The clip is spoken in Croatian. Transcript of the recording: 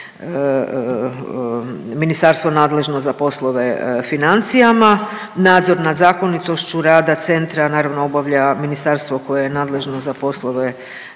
ministarstvo nadležno za poslove financijama, nadzor nad zakonitošću rada centra, naravno obavlja ministarstvo koje je nadležno za poslove kulture